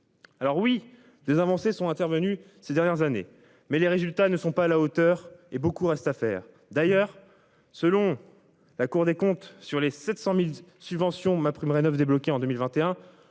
Alors oui des avancées sont intervenues ces dernières années mais les résultats ne sont pas à la hauteur et beaucoup reste à faire d'ailleurs. Selon la Cour des comptes sur les 700.000 subventions MaPrimeRénov débloquer en 2021